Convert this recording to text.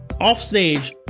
offstage